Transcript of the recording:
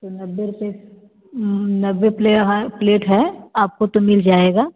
तो नब्बे रुपये नब्बे प्ले हैं प्लेट हैं आपको तो मिल जाएगा